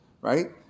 Right